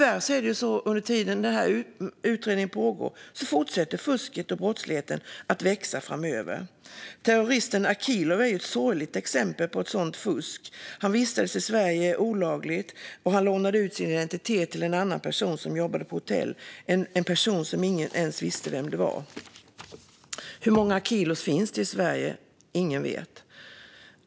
Tyvärr är det så att fusket och brottsligheten fortsätter att växa under tiden utredningen pågår. Terroristen Akilov är ett sorgligt exempel på sådant fusk; han vistades i Sverige olagligt och lånade ut sin identitet till en annan person, som jobbade på hotell - en person som ingen ens visste vem det var. Hur många Akilov finns det i Sverige? Ingen vet.